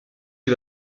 des